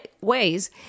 ways